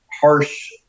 harsh